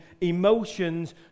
emotions